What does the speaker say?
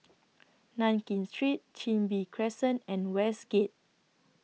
Nankin Street Chin Bee Crescent and Westgate